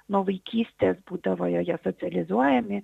nuo vaikystės būdavo joje socializuojami